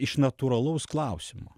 iš natūralaus klausimo